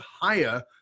higher